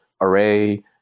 array